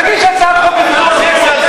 תגיש הצעת חוק לפיזור הכנסת.